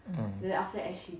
mm